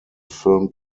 film